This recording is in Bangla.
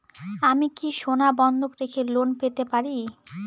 আমি কি সোনা বন্ধক রেখে লোন পেতে পারি?